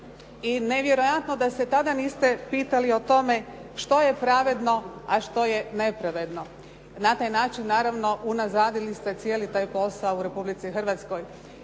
i nevjerojatno da se tada niste pitali o tome što je pravedno, a što je nepravedno. Na taj način naravno unazadili ste cijeli taj posao u Republici Hrvatskoj.